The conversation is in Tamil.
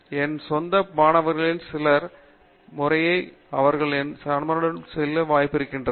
என் சொந்த மாணவர்களில் ஒரு சிலர் செயல்முறை மற்றும் என் சக மாணவர்களிடையே செல்ல வாய்ப்பு கிடைத்திருக்கிறது